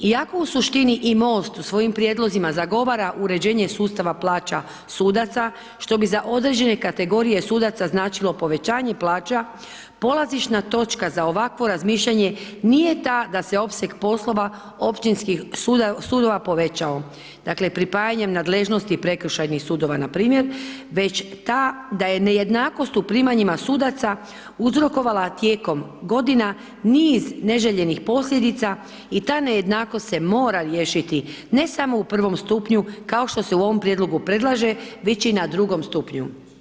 Iako u suštini i MOST u svojim prijedlozima zagovara uređenje sustava plaća sudaca, što bi za određene kategorije sudaca značilo povećanje plaća, polazišna točka za ovakvo razmišljanje nije ta da se opseg poslova općinskih sudova povećao, dakle, pripajanjem nadležnosti prekršajnih sudova, npr. već ta da je nejednakost u primanjima sudaca uzrokovala tijekom godina niz neželjenih posljedica i za nejednakost se mora riješiti, ne samo u prvom stupnju, kao što se u ovom prijedlogu predlaže, već i na drugom stupnju.